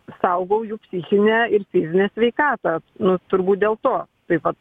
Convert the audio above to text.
saugau jų psichinę ir fizinę sveikatą nu turbūt dėl to taip vat